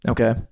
Okay